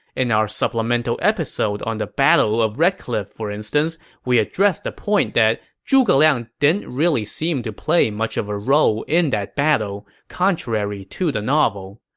in our supplemental episode on the battle of red cliff, for instance, we addressed the point that zhuge liang didn't really seem to play much of a role in that battle, contrary to the novel.